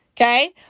okay